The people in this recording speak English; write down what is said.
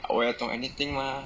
我也懂 anything mah